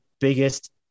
biggest